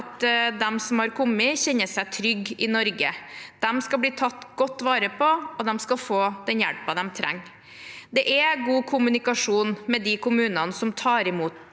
de som har kommet, kan kjenne seg trygge i Norge. De skal bli tatt godt vare på, og de skal få den hjelpen de trenger. Det er god kommunikasjon med de kommunene som tar imot